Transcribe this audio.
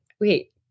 wait